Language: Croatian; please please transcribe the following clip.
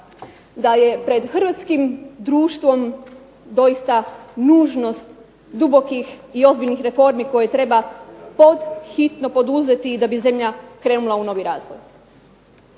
da je pred hrvatskim društvom doista nužnost dubokih i ozbiljnih reformi koje treba pod hitno poduzeti da bi zemlja krenula u novi razvoj.